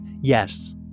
Yes